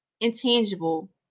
intangible